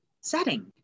setting